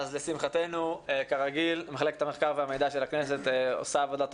אז לשמחתנו כרגיל מחלקת המחקר והמידע של הכנסת עושה עבודה טובה,